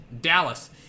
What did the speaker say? Dallas